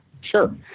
Sure